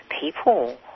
people